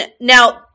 now